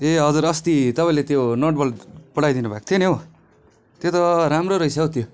ए हजुर अस्ति तपाईँले त्यो नटबल्ट पठाइदिनु भएको थियो नि हौ त्यो त राम्रो रहेछ हौ त्यो